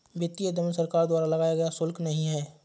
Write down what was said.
वित्तीय दमन सरकार द्वारा लगाया गया शुल्क नहीं है